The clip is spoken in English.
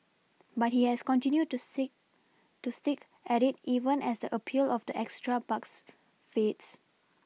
but he has continued to see to stick at it even as a appeal of the extra bucks fades